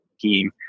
team